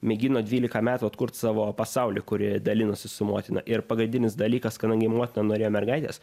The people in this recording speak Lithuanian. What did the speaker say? mėgino dvylika metų atkurt savo pasaulį kurį dalinosi su motina ir pagrindinis dalykas kadangi motina norėjo mergaitės